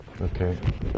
okay